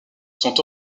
sont